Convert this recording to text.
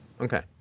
Okay